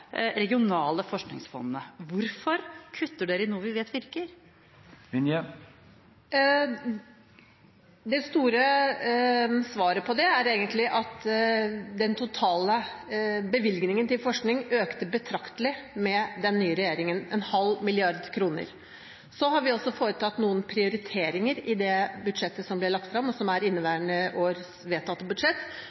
regionale forskningsfondene. Hvorfor kutter man i noe vi vet virker? Det store svaret på det er egentlig at den totale bevilgningen til forskning økte betraktelig med den nye regjeringen – en halv milliard kroner. Så har vi også foretatt noen prioriteringer i det budsjettet som ble lagt frem, og som er inneværende års vedtatte budsjett,